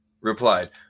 Replied